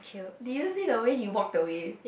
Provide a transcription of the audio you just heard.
did you see the way he walked away